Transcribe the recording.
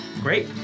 Great